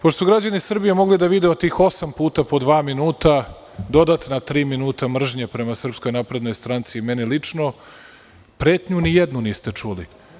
Pošto su građani Srbije mogli da vide u tim osam puta po dva minuta dodatna tri minuta mržnje prema SNS, i meni lično, pretnju ni jednu niste čuli.